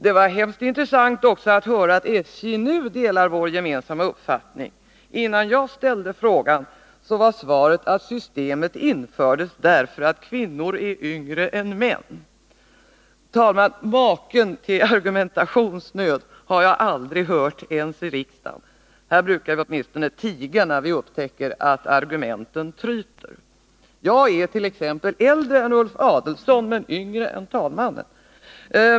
Det var också mycket intressant att höra att SJ nu delar vår gemensamma uppfattning. Innan jag ställde frågan var svaret att systemet infördes därför att kvinnor är yngre än män. Herr talman! Maken till argumentationsnöd har jag aldrig hört, ej ens i riksdagen. Här brukar vi åtminstone tiga när vi upptäcker att argumenten tryter. äldre än Ulf Adelsohn men yngre än talmannen.